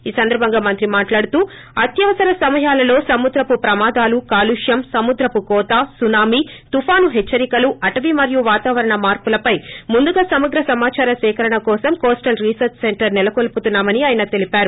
ఈ సందర్బంగా మంత్రి మాట్లాడుతూ అత్యవసర సమయాలలో సముద్రపు ప్రమాదాలు కాలుష్వం సముద్రపు కోత సునామి తుపాను హెచ్చరికలు అటవి మరియు వాతావరణ మార్చులపై ముందుగా సమగ్ర సమాచార సేకరణ కోసం కోస్టల్ రిసర్స్ సెంటర్ సెలకోల్పుతున్నా మని ఆయన తెలిపారు